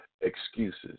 excuses